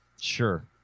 Sure